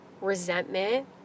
resentment